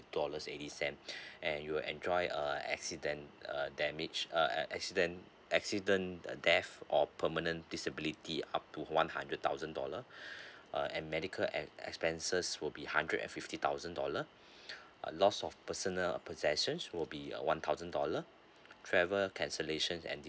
dollars eighty cent and you enjoy a accident err damage uh accident accident uh death or permanent disability up to one hundred thousand dollar uh and medical and expenses will be hundred and fifty thousand dollar a loss of personal possessions will be uh one thousand dollar travel cancellation and the